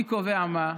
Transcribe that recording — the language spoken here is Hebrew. מי קובע מה.